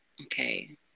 okay